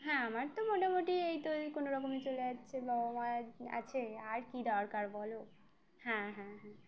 হ্যাঁ আমার তো মোটামুটি এই তো কোনো রকমই চলে যাচ্ছে বাবা আমার আছে আর কি দরকার বলো হ্যাঁ হ্যাঁ হ্যাঁ